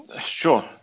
sure